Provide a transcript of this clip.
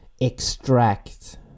extract